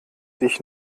dich